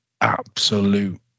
absolute